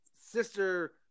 sister